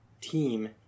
team